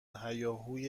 هیاهوی